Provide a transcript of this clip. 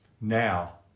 Now